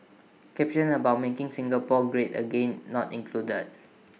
caption about making Singapore great again not included